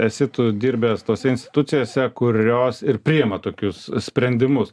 esi tu dirbęs tose institucijose kurios ir priima tokius sprendimus